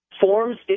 forms